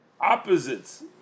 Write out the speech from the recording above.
opposites